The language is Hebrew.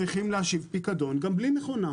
צריכים להשיב פיקדון גם בלי מכונה,